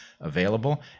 available